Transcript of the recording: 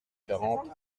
quarante